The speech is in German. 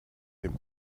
dem